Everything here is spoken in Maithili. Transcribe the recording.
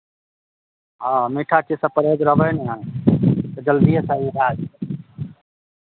हँ मीठा चीजसँ परहेज रहबै नहि तऽ जल्दिए सही भए जेतै